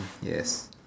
yes